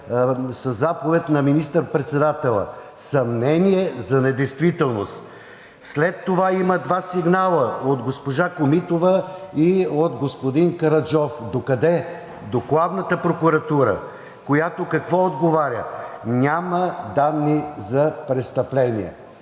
със заповед на министър-председателя. Съмнение за недействителност! След това има два сигнала от госпожа Комитова и от господин Караджов. До къде? До Главната прокуратура. Която какво отговаря? „Няма данни за престъпление!“